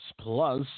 plus